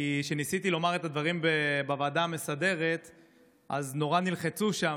כי כשניסיתי לומר את הדברים בוועדה המסדרת אז נורא נלחצו שם,